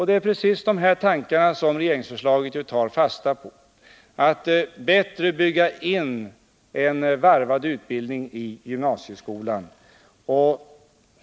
— Det är precis de här tankarna som regeringsförslaget tar fasta på — att bättre bygga in en varvad utbildning i gymnasieskolan.